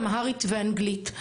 אמהרית ואנגלית,